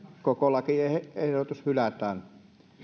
koko lakiehdotus hylätään